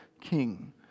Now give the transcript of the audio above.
king